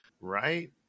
Right